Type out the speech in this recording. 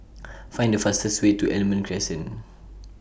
Find The fastest Way to Almond Crescent